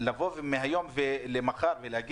מהיום למחר לומר: